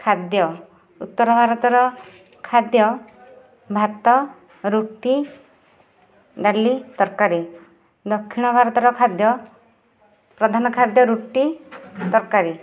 ଖାଦ୍ୟ ଉତ୍ତର ଭାରତର ଖାଦ୍ୟ ଭାତ ରୁଟି ଡାଲି ତରକାରୀ ଦକ୍ଷିଣ ଭାରତର ଖାଦ୍ୟ ପ୍ରଧାନ ଖାଦ୍ୟ ରୁଟି ତରକାରୀ